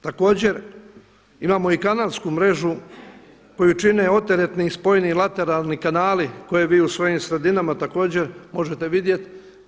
Također imamo i kanalsku mrežu koju čine oteretni i spojni lateralni kanali koje vi u svojim sredinama također možete vidjeti.